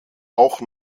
auch